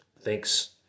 Thanks